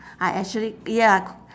I actually ya